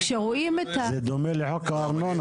הרשימה הערבית המאוחדת): מה שאת אומרת עכשיו דומה לחוק הארנונה,